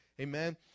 Amen